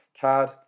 card